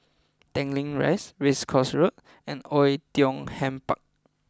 Tanglin Rise Race Course Road and Oei Tiong Ham Park